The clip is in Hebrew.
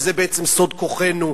וזה בעצם סוד כוחנו,